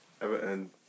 Everton